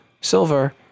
silver